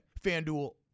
FanDuel